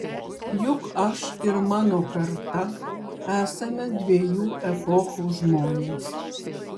juk aš ir mano karta esame dviejų epochų žmonės